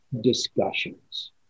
discussions